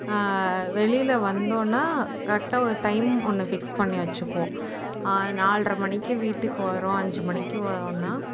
வெளியில் வந்தோடன்னா கரெக்டாக ஒரு டைம் ஒன்று ஃபிக்ஸ் பண்ணி வைச்சுக்குவோம் நால்ரை மணிக்கு வீட்டுக்கு வரோம் அஞ்சு மணிக்கு வரோன்னா